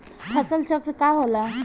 फसल चक्र का होला?